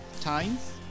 times